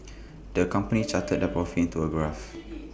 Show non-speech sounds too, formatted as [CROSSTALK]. the company [NOISE] charted their profits into A graph [NOISE]